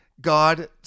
God